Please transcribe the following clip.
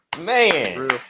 Man